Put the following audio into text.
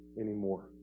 anymore